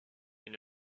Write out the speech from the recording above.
une